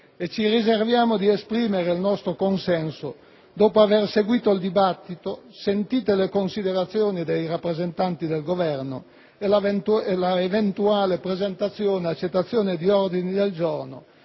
e ci riserviamo di esprimere il nostro consenso dopo aver seguito il dibattito, sentite le considerazioni dei rappresentanti del Governo e anche a seguito dell'eventuale presentazione e accoglimento di ordini del giorno